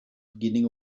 beginning